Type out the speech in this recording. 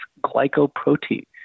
glycoprotein